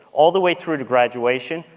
all the way through to graduation,